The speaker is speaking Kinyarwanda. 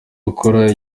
akora